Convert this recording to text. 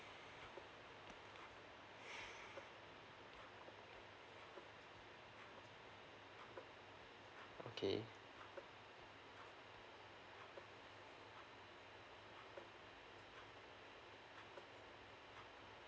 okay